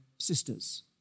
Sisters